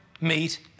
meet